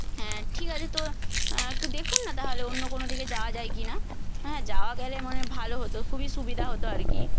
হ্যাঁ ঠিক আছে তো একটু দেখুন না তাহলে অন্য কোনো দিকে যাওয়া যায় কিনা হ্যাঁ যাওয়া গেলে মানে ভালো হতো খুবই সুবিধা হতো আর কি